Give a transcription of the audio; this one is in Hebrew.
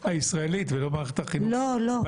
הישראלית ולא במערכת החינוך הפלסטינית.